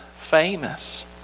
famous